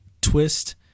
twist